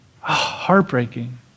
Heartbreaking